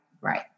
right